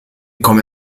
come